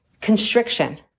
constriction